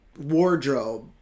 wardrobe